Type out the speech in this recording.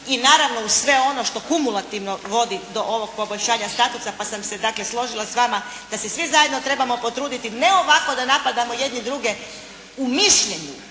i naravno uz sve ono što kumulativno vodi do ovog poboljšanja statusa pa sam se dakle složila s vama, da se svi zajedno trebamo potruditi ne ovako da napadamo jedni druge u mišljenju